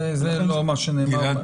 זה לא מה שנאמר --- גלעד,